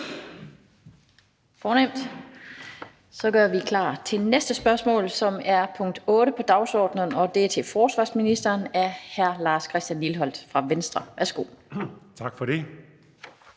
af. Så gør vi klar til det næste spørgsmål, som er punkt 8 på dagsordenen. Det er til forsvarsministeren af hr. Lars Christian Lilleholt fra Venstre. Kl. 16:06 Spm.